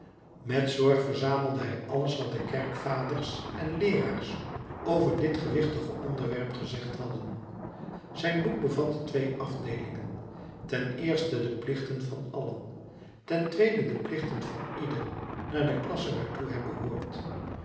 met zorg verzamelde hij alles wat de kerkvaders en leeraars over dit gewichtige onderwerp gezegd hadden zijn boek bevatte twee afdeelingen ten eerste de plichten van allen ten tweede de plichten van ieder naar de klasse waartoe hij behoort